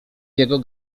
jego